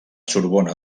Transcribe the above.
sorbona